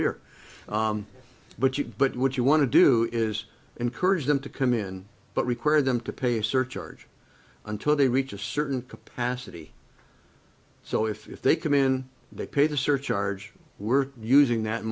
beer but you but would you want to do is encourage them to come in but require them to pay a surcharge until they reach a certain capacity so if they come in they pay the surcharge we're using that